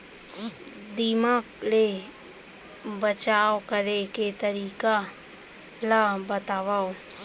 दीमक ले बचाव करे के तरीका ला बतावव?